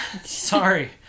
Sorry